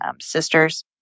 sisters